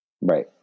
right